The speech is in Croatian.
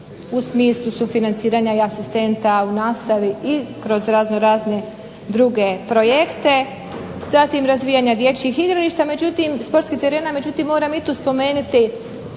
u smislu sufinanciranja i asistenta u nastavi i kroz raznorazne druge projekte. Zatim razvijanja dječjih igrališta, sportskih terena. Međutim moram i tu spomenuti